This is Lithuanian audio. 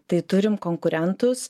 tai turim konkurentus